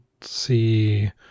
see